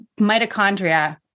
mitochondria